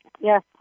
Yes